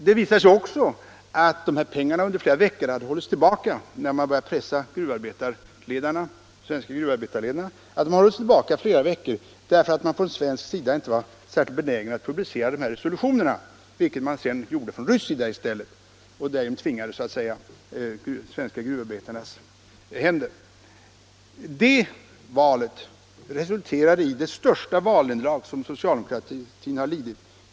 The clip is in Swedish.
Det visade sig också när man började träffa de svenska gruvarbetarledarna att dessa pengar i flera veckor hade hållits tillbaka därför att man på den svenska sidan inte var särskilt benägen att publicera dessa resolutioner, vilket sedan i stället gjordes från den ryska sidan. På det sättet tvingades dessa resolutioner i de svenska gruvarbetarnas händer. Det valet resulterade i det största valnederlag som socialdemokratin lidit.